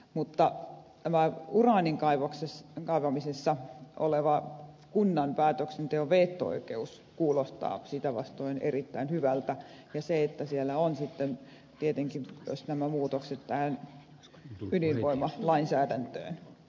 mutta uraanin kaivamisessa kunnan päätöksenteon veto oikeus kuulostaa sitä vastoin erittäin hyvältä ja se että siellä on tietenkin myös nämä muutokset ydinvoimalainsäädäntöön